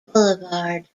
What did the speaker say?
boulevard